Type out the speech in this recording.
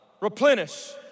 Replenish